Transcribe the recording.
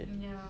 ya